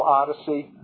odyssey